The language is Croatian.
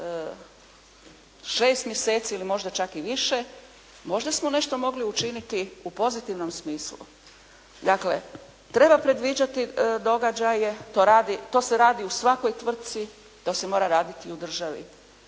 6 mjeseci ili možda čak i više možda smo nešto mogli učiniti u pozitivnom smislu. Dakle treba predviđati događaje, to radi, to se radi u svakoj tvrtci. To se mora raditi i u državi.